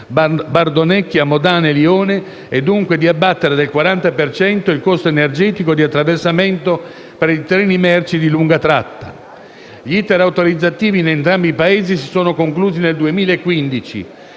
Bardonecchia, Modane e Lione e dunque di abbattere del 40 per cento il costo energetico di attraversamento per i treni merci lungo la tratta. Gli *iter* autorizzativi in entrambi i Paesi si sono conclusi nel 2015